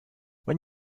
when